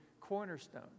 cornerstone